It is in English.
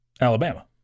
Alabama